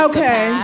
Okay